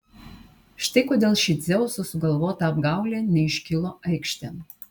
štai kodėl ši dzeuso sugalvota apgaulė neiškilo aikštėn